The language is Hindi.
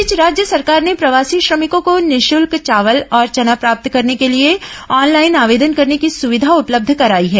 इस बीच राज्य सरकार ने प्रवासी श्रमिकों को निःशुल्क चावल और चना प्राप्त करने के लिए ऑनलाइन आवेदन करने की सुविधा उपलब्ध कराई है